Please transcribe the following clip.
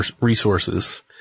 resources